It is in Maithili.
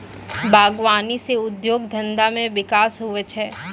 बागवानी से उद्योग धंधा मे बिकास हुवै छै